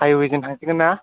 हायअवेजों थांसिगोनना